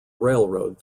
railroad